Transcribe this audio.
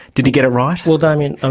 did he get it right? well, damien, and